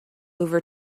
over